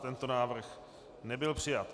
Tento návrh nebyl přijat.